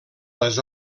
les